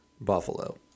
Buffalo